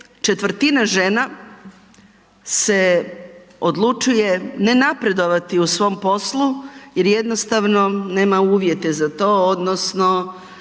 ¼ žena se odlučuje ne napredovati u svom poslu jer jednostavno nema uvjete za to odnosno